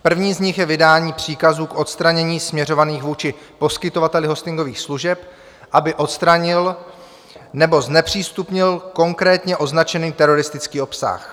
První z nich je vydání příkazů k odstranění, směřovaných vůči poskytovateli hostingových služeb, aby odstranil nebo znepřístupnil konkrétně označený teroristický obsah.